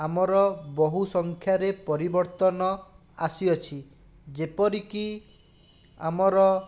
ଆମର ବହୁ ସଂଖ୍ୟାରେ ପରିବର୍ତ୍ତନ ଆସିଅଛି ଯେପରିକି ଆମର